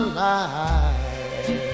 life